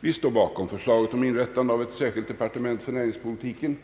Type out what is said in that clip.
Vi står bakom förslaget om inrättande av ett särskilt departement för näringspolitiken.